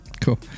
Cool